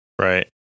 Right